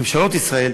על-ידי ממשלות ישראל,